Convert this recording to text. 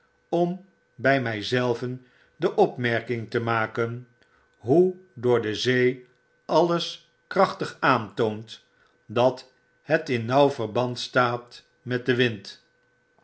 om bij myzelven de opmerking te maken hoe door de zee alles krachtig aantoont dat het in nauw verband staat met den wind